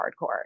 hardcore